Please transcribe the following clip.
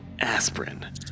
Aspirin